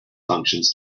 functions